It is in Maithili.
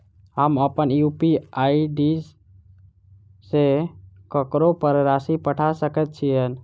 हम अप्पन यु.पी.आई आई.डी सँ ककरो पर राशि पठा सकैत छीयैन?